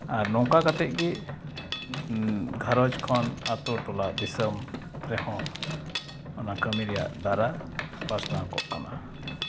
ᱟᱨ ᱱᱚᱝᱠᱟ ᱠᱟᱛᱮᱫ ᱜᱮ ᱜᱷᱟᱨᱚᱸᱡᱽ ᱠᱷᱚᱱ ᱟᱛᱳᱼᱴᱚᱞᱟ ᱫᱤᱥᱚᱢ ᱨᱮᱦᱚᱸ ᱚᱱᱟ ᱠᱟᱹᱢᱤ ᱨᱮᱭᱟᱜ ᱫᱷᱟᱨᱟ ᱯᱟᱥᱱᱟᱣᱠᱚᱜ ᱢᱟ